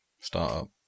startup